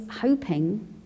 hoping